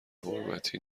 حرمتی